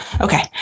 Okay